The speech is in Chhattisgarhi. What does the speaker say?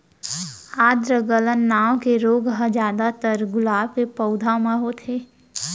आद्र गलन नांव के रोग ह जादातर गुलाब के पउधा म होथे